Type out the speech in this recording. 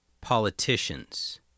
politicians